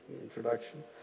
introduction